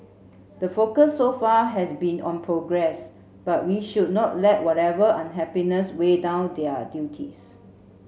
the focus so far has been on progress but we should not let whatever unhappiness weigh down their duties